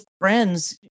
friends